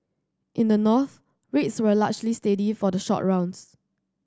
in the north rates were largely steady for the short rounds